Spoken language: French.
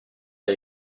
des